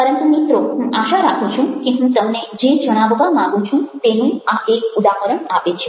પરંતુ મિત્રો હું આશા રાખું છું કે હું તમને જે જણાવવા માગું છું તેનું આ એક ઉદાહરણ આપે છે